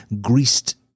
greased